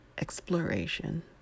exploration